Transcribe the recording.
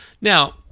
Now